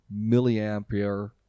milliampere